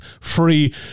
free